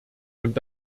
und